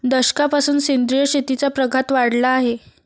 दशकापासून सेंद्रिय शेतीचा प्रघात वाढला आहे